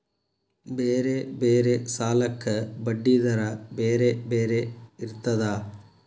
ಬೇರೆ ಬೇರೆ ಸಾಲಕ್ಕ ಬಡ್ಡಿ ದರಾ ಬೇರೆ ಬೇರೆ ಇರ್ತದಾ?